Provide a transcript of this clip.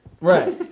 Right